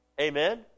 Amen